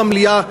במליאה,